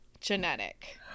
genetic